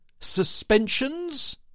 suspensions